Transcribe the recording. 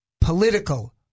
political